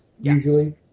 usually